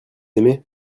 aimez